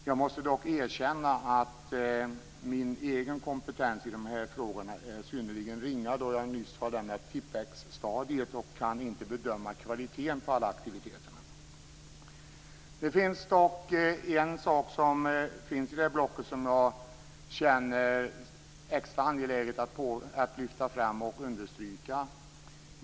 Jag måste dock erkänna att min egen kompetens i dessa frågor är synnerligen ringa då jag nyss har lämnat "Tipp-Ex-stadiet" och inte kan bedöma kvaliteten på alla aktiviteterna. Det finns dock en sak i det blocket som jag känner det extra angeläget att lyfta fram och understryka.